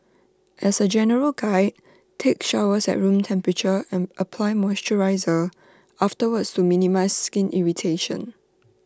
as A general guide take showers at room temperature and apply moisturiser afterwards to minimise skin irritation